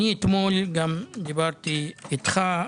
אתמול גם דיברתי איתך,